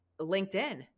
LinkedIn